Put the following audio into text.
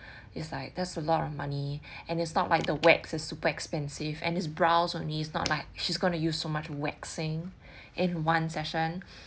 it's like there's a lot of money and it's not like the wax is super expensive and its brows only is not like she's going to use so much waxing in one session